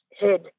head